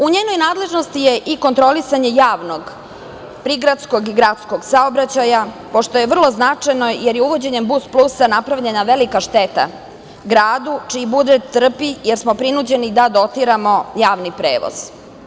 U njenoj nadležnosti je i kontrolisanje javnog prigradskog i gradskog saobraćaja, pošto je vrlo značajno, jer je uvođenjem „Bus plusa“ napravljena velika šteta gradu čiji budžet trpi jer smo prinuđeni da dotiramo javni prevoz.